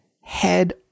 head